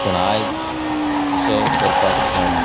पण आयज अशें करपाक मेळना